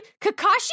Kakashi